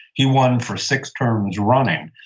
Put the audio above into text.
he won for six terms running.